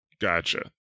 Gotcha